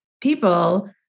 people